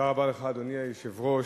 אדוני היושב-ראש,